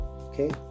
Okay